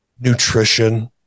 nutrition